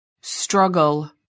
struggle